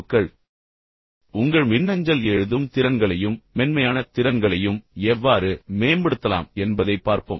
இப்போது இதை எவ்வாறு உன்னிப்பாக பகுப்பாய்வு செய்யலாம் பின்னர் உங்கள் மின்னஞ்சல் எழுதும் திறன்களையும் மென்மையான திறன்களையும் மேம்படுத்தலாம் என்பதைப் பார்ப்போம்